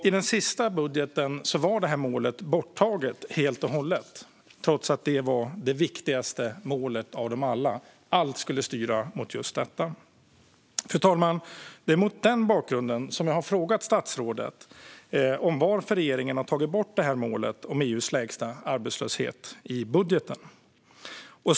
I den senaste budgeten var målet helt och hållet borttaget, trots att det alltså var det viktigaste målet av de alla och att allt skulle styra mot just det. Fru talman! Det är mot den bakgrunden jag har frågat statsrådet varför regeringen har tagit bort målet om EU:s lägsta arbetslöshet ur budgeten.